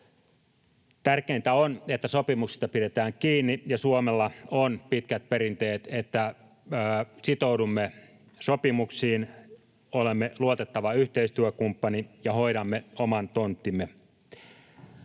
Tärkeintä on, että sopimuksista pidetään kiinni, ja Suomella on pitkät perinteet, että sitoudumme sopimuksiin, olemme luotettava yhteistyökumppani ja hoidamme oman tonttimme.